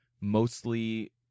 mostly